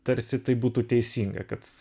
tarsi tai būtų teisinga kad